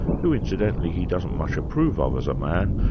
who incidentally he doesn't much approve of as a man,